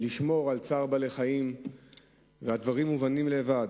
לשמור על צער בעלי-חיים, והדברים מובנים לבד.